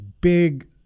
big